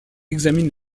examine